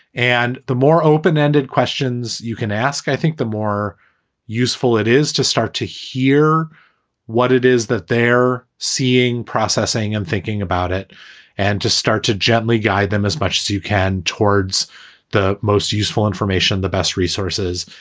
and the more open ended questions you can ask. i think the more useful it is to start to hear what it is that they're seeing processing and thinking about it and to start to gently guide them as much as you can towards the most useful information, the best resources,